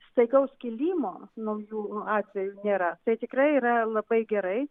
staigaus kilimo naujų atvejų nėra tai tikrai yra labai gerai